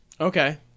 Okay